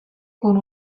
con